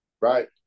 right